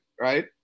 right